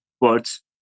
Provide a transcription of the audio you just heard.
words